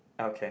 okay